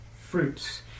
fruits